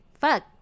fuck